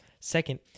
Second